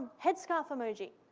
headscarf emoji,